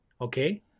okay